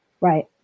Right